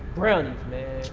brownies man,